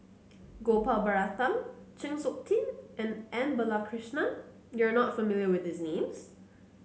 Gopal Baratham Chng Seok Tin and M Balakrishnan you are not familiar with these names